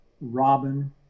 Robin